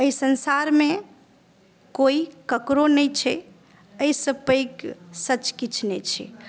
एहि संसारमे कोई केकरो नहि छै एहिसँ पैघ सच किछु नहि छै